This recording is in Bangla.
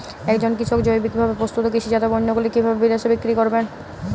একজন কৃষক জৈবিকভাবে প্রস্তুত কৃষিজাত পণ্যগুলি কিভাবে বিদেশে বিক্রি করবেন?